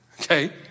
okay